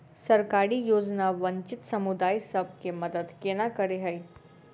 सरकारी योजना वंचित समुदाय सब केँ मदद केना करे है?